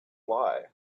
lie